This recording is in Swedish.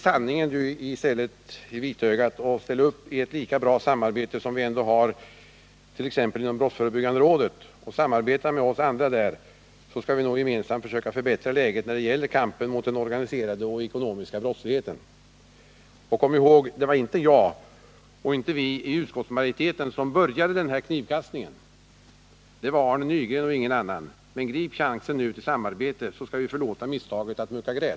Se du i stället sanningen i vitögat och ställ upp i ett lika bra samarbete som vi ändå har t.ex. inom brottsförebyggande rådet — samarbeta med oss andra där, så skall vi gemensamt försöka förbättra läget när det gäller kampen mot den organiserade och ekonomiska brottsligheten. Kom ihåg: Det var inte jag eller vi i utskottsmajoriteten som började den här knivkastningen. Det var Arne Nygren och ingen annan! Men tag nu chansen till samarbete, så skall vi förlåta misstaget att mucka gräl.